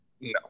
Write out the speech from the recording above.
No